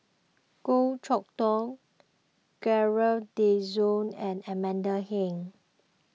Goh Chok Tong Gerald De Cruz and Amanda Heng